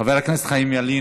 חבר הכנסת חיים ילין,